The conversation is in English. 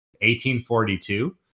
1842